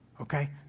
okay